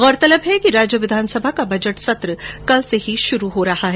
गौरतलब है कि राज्य विधानसभा का बजट सत्र कल से ही शुरू हो रहा है